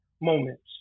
moments